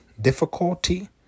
difficulty